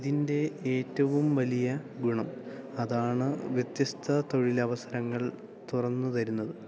ഇതിൻ്റെ ഏറ്റവും വലിയ ഗുണം അതാണ് വ്യത്യസ്ത തൊഴിലവസരങ്ങൾ തുറന്നു തരുന്നത്